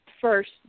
first